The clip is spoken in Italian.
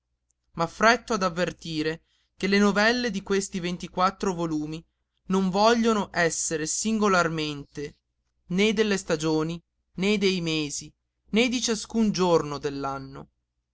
nostro m'affretto ad avvertire che le novelle di questi ventiquattro volumi non vogliono essere singolarmente né delle stagioni né dei mesi né di ciascun giorno